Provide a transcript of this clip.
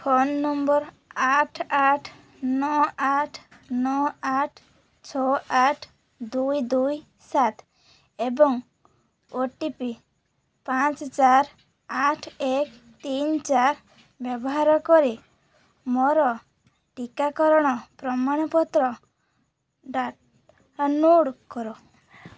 phone number ଆଠ ଆଠ ନଅ ଆଠ ନଅ ଆଠ ଛଅ ଆଠ ଦୁଇ ଦୁଇ ସାତ ଏବଂ ଓ ଟି ପି ପାଞ୍ଚ ଚାରି ଆଠ ଏକ ତିନି ଚାରି ବ୍ୟବହାର କରି ମୋର ଟୀକାକରଣ ପ୍ରମାଣପତ୍ର ଡାଉନ୍ଲୋଡ଼୍ କର